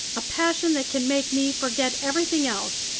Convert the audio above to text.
a passion that can make me forget everything else.